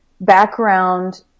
background